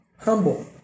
humble